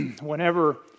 whenever